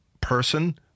person